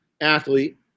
athlete